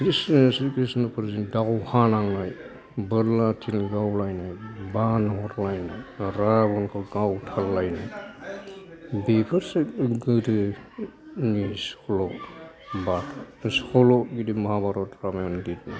क्रिस्ना स्रि क्रिस्नफोरजों दावहा नांनाय बोरला थिर गावलायनाय बान हरलायनाय राबनखौ गावथार लायनाय बेफोरसो गोदोनि सल' सल' गोदोनि रामायन महाभारत बायदि